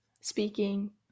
speaking